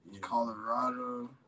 Colorado